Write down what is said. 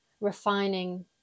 refining